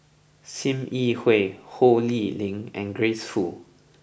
Sim Yi Hui Ho Lee Ling and Grace Fu